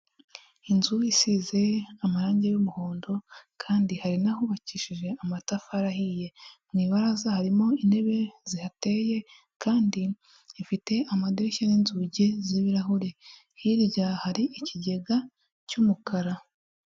Inzu isize amarangi y'umuhondo kandi hari n'ahubakishije amatafari ahiye, mu ibaraza harimo intebe zihateye kandi ifite amadirishya n'inzugi z'ibirahure, hirya hari ikigega cy'umukara.